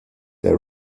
the